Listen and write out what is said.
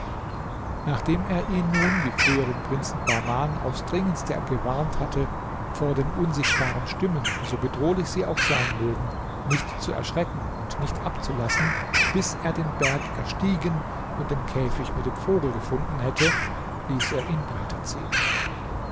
nachdem er ihn nun wie früher den prinzen bahman aufs dringendste gewarnt hatte vor den unsichtbaren stimmen so bedrohlich sie auch sein mögen nicht zu erschrecken und nicht abzulassen bis er den berg erstiegen und den käfig mit dem vogel gefunden hätte ließ er ihn weiter ziehen